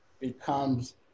becomes